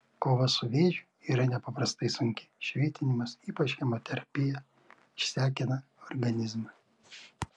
kova su vėžiu yra nepaprastai sunki švitinimas ypač chemoterapija išsekina organizmą